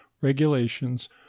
regulations